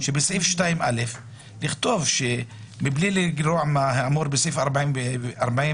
בסעיף 2א לכתוב "מבלי לגרוע מהאמור בסעיף